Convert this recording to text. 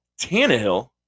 Tannehill